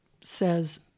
says